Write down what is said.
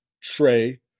Trey